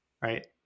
right